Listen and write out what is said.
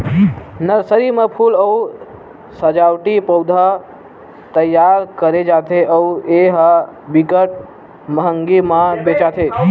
nursery म फूल अउ सजावटी पउधा तइयार करे जाथे अउ ए ह बिकट मंहगी म बेचाथे